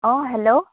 অঁ হেল্ল'